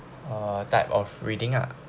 uh type of reading ah